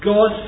God